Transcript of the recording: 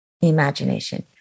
imagination